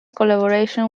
collaboration